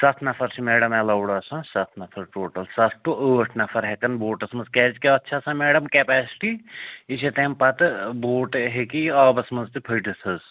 سَتھ نفر چھِ میڈم اٮ۪لاوُڈ آسان سَتھ نفر ٹوٹل سَتھ ٹُہ ٲٹھ نفر ہٮ۪کَن بوٹَس منٛز کیٛازکہِ اَتھ چھِ آسان میڈم کٮ۪پیسٹی یہِ چھےٚ تَمہِ پتہٕ بوٹ ہٮ۪کہِ یہِ آبس منٛز تہٕ پھٔٹِتھ حظ